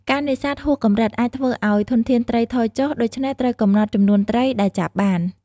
ការនេសាទហួសកម្រិត អាចធ្វើឱ្យធនធានត្រីថយចុះ ដូច្នេះត្រូវកំណត់ចំនួនត្រីដែលចាប់បាន។